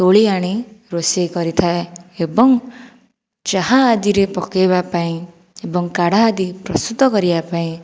ତୋଳି ଆଣି ରୋଷେଇ କରିଥାଏ ଏବଂ ଚାହା ଆଦିରେ ପକାଇବା ପାଇଁ ଏବଂ କାଢ଼ା ଆଦି ପ୍ରସ୍ତୁତ କରିବା ପାଇଁ